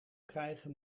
krijgen